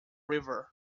river